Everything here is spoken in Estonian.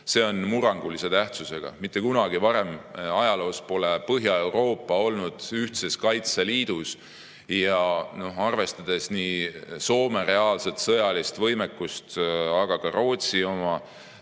on murrangulise tähtsusega. Mitte kunagi varem ajaloos pole Põhja-Euroopa olnud ühtses kaitseliidus. Arvestades Soome reaalset sõjalist võimekust, aga ka Rootsi oma,